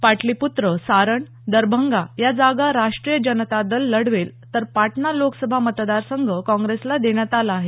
पाटलीपूत्र सारन दरभंगा या जागा राष्ट्रीय जनता दल लढवेल तर पाटणा लोकसभा मतदार संघ काँग्रेसला देण्यात आला आहे